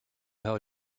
how